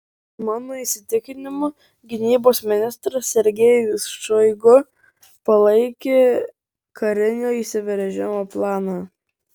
mano įsitikinimu gynybos ministras sergejus šoigu palaikė karinio įsiveržimo planą